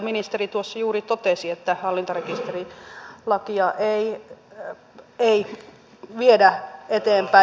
ministeri tuossa juuri totesi että hallintarekisterilakia ei viedä eteenpäin